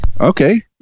Okay